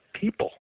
people